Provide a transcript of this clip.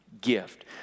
Gift